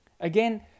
Again